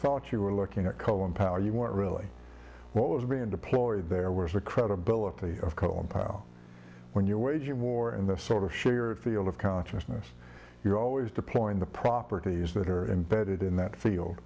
thought you were looking at colin powell you weren't really what was being deployed there was the credibility of colin powell when you're waging war in the sort of shared field of consciousness you're always deploying the properties that are embedded in that field